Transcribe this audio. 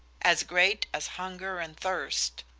as great as hunger and thirst,